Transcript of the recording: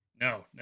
No